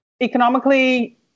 economically